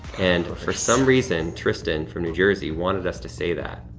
and for some reason tristan from new jersey wanted us to say that.